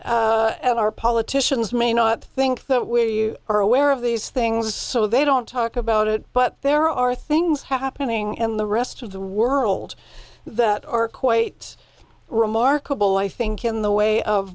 and our politicians may not think the way you are aware of these things so they don't talk about it but there are things happening in the rest of the world that are quite remarkable i think in the way of